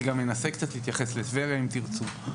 אני גם אנסה קצת להתייחס לטבריה אם תירצו.